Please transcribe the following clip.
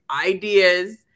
ideas